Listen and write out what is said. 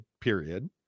period